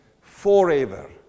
forever